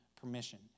permission